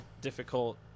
difficult